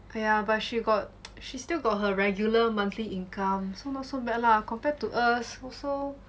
!aiya! but she got she still got her regular monthly income compared to us also